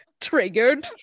triggered